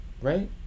right